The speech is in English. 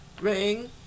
Ring